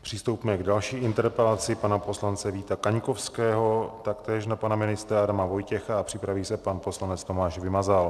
Přistoupíme k další interpelaci, pana poslance Víta Kaňkovského taktéž na pana ministra Adama Vojtěcha, a připraví se pan poslanec Tomáš Vymazal.